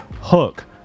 hook